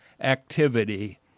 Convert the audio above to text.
activity